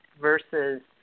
versus